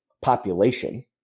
population